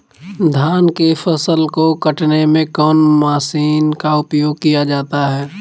धान के फसल को कटने में कौन माशिन का उपयोग किया जाता है?